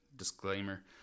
disclaimer